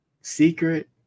secret